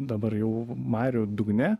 dabar jau marių dugne